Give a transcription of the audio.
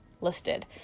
listed